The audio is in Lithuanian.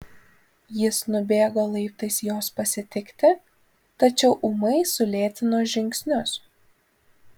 jis nubėgo laiptais jos pasitikti tačiau ūmai sulėtino žingsnius